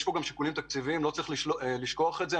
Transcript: יש כאן גם שיקולים תקציביים, אין לשכוח זאת.